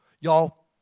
Y'all